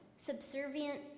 subservient